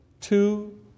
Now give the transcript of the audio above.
Two